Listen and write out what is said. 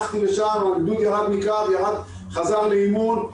חזר לאימון,